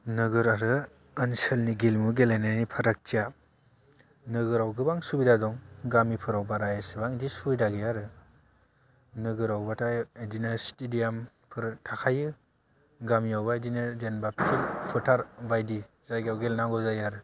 नोगोर आरो ओनसोलनि गेलेमु गेलेनायनि फारागथिया नोगोराव गोबां सुबिदा दं गामिफोराव बारा एसेबां बिदि सुबिदा गैया आरो नोगोराव बाथाय इदिनो स्टेडियाम फोर थाखायो गामियावबा इदिनो जेनबा फिल्ड फोथार बायदि जायगायाव गेलेनांगौ जायो आरो